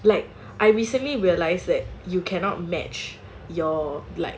like I recently realised that you cannot match your black